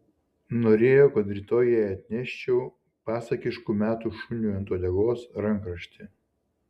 norėjo kad rytoj jai atneščiau pasakiškų metų šuniui ant uodegos rankraštį